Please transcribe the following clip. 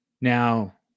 Now